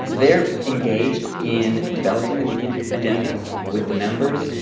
so they're engaged in developing the median agendas with the members,